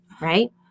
right